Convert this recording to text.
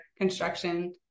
construction